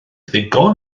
ddigon